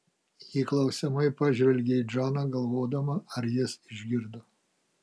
ji klausiamai pažvelgia į džoną galvodama ar jis išgirdo